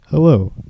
Hello